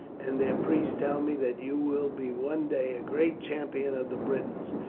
and their priests tell me that you will be one day a great champion of the britons.